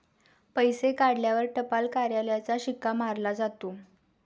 पैसे काढल्यावर टपाल कार्यालयाचा शिक्का मारला जातो